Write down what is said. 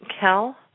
Kel